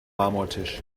marmortisch